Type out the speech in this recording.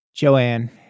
Joanne